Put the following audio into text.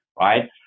right